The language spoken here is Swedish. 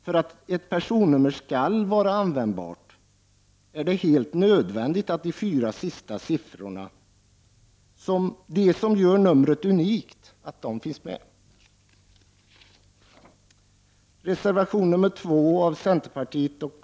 För att ett personnummer skall vara användbart är det helt nödvändigt att de fyra sista siffrorna — de som gör numret unikt — finns med.